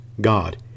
God